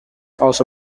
also